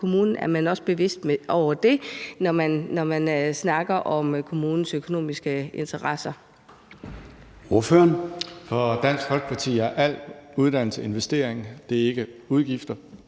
Er man også bevidst om det, når man snakker om kommunens økonomiske interesser?